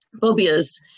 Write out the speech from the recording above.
phobias